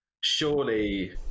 surely